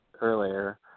earlier